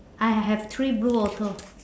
I have three blue also